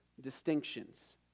distinctions